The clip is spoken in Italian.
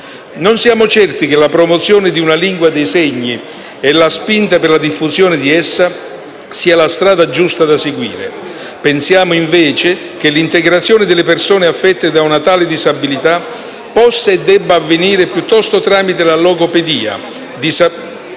Non siamo certi cha la promozione di una lingua dei segni e la spinta per la sua diffusione costituiscano la strada giusta da seguire. Pensiamo invece che l'integrazione delle persone affette da una tale disabilità possa e debba avvenire piuttosto tramite la logopedia,